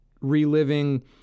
reliving